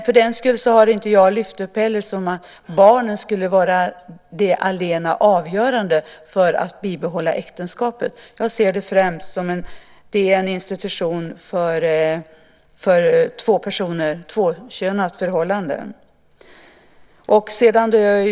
För den skull har jag inte lyft upp att barnen skulle vara allena avgörande för att bibehålla äktenskapet. Jag ser det främst som en institution för ett tvåkönat förhållande.